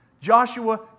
Joshua